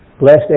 blessed